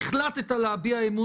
אם החלטת להביע אמון